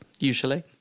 usually